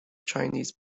chinese